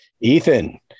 Ethan